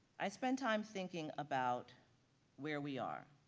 i spend time thinking about where we are,